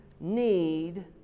need